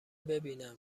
ببینم